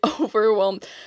overwhelmed